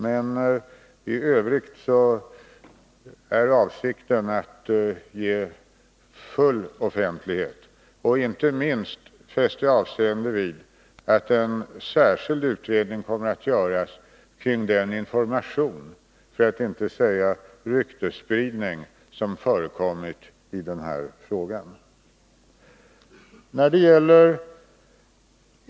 Men i övrigt är avsikten att ge full offentlighet. Inte minst fäste jag avseende vid att en särskild utredning kommer att göras om den information — för att inte säga ryktesspridning — som förekommit i den här frågan.